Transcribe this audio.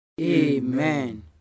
Amen